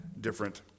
different